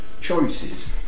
choices